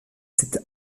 cette